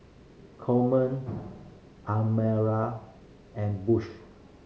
Coleman Amira and Bush